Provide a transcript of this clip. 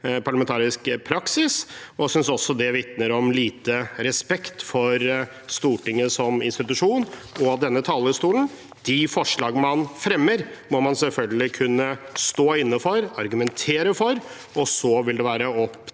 parlamentarisk praksis, og jeg synes det også vitner om lite respekt for Stortinget som institusjon og denne talerstolen. De forslagene man fremmer, må man selvfølgelig kunne stå inne for og argumentere for, og så vil det være